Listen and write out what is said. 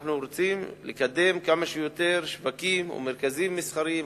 אנחנו רוצים לקדם כמה שיותר שווקים ומרכזים מסחריים.